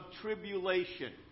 tribulation